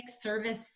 service